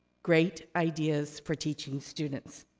great ideas for teaching students.